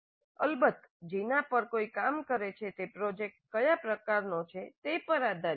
અલબત્તજેના પર કોઈ કામ કરે છે તે પ્રોજેક્ટ ક્યાં પ્રકારનો છે તે પર આધારીત છે કે